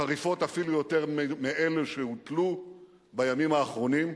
חריפות אפילו יותר מאלה שהוטלו בימים האחרונים.